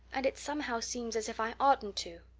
and it somehow seems as if i oughtn't to.